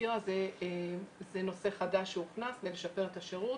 הזכירה זה נושא חדש שהוכנס כדי לשפר את השירות,